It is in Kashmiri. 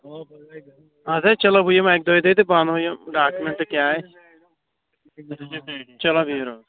اَدٕ حظ چَلو بہٕ یِمہٕ اَکہِ دۅیہِ دۅہۍ تہٕ بہٕ اَنہٕ یِم ڈاکومینٛٹٕس کیٛاہ آسہِ چَلو بِہِو رۅبَس